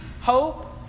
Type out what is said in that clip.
hope